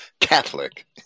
Catholic